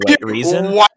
reason